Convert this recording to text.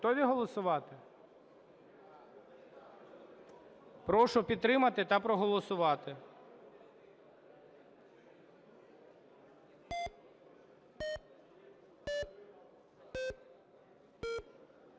Прошу підтримати та проголосувати.